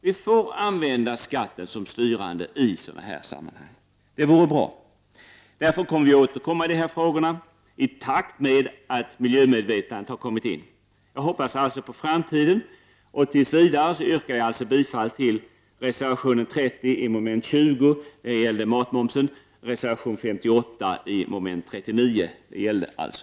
Vi skall använda skatten som styrmedel i sådana här sammanhang. Det vore bra. Därför kommer vi att återkomma i dessa frågor i takt med att miljömedvetandet tas med i bilden. Jag hoppas därför på framtiden. Tills vidare yrkar jag bifall till reservation 30 under mom. 20, som handlar om matmomsen, och till reservation 58 under mom. 39, som berör vindkraften.